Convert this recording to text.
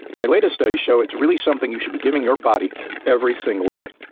my latest studies show it's really something you should be giving your body every single day,